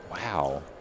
Wow